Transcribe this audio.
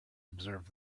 observe